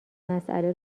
مساله